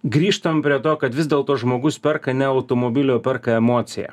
grįžtam prie to kad vis dėlto žmogus perka ne automobilį o perka emociją